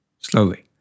Slowly